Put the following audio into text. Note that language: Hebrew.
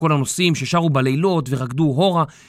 כל הנוסעים ששרו בלילות ורקדו הורה